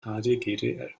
hdgdl